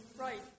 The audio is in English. right